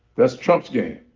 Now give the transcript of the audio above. that's trump's game.